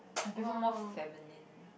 I prefer more feminine